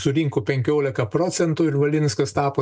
surinko penkiolika procentų ir valinskas tapo